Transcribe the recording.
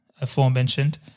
aforementioned